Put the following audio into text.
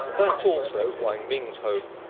that's also huang ming's hope.